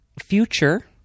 future